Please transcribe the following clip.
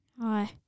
Hi